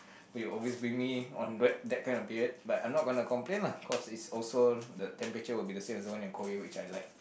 they always bring me on d~ that kind of period but I'm not gonna complain lah because it's also the temperature will be the same also when I'm in Korea which I like